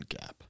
gap